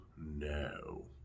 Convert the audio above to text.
no